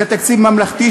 זה תקציב ממלכתי,